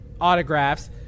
autographs